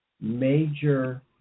major